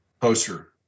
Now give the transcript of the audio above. poster